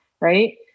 right